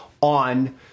on